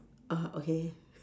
oh okay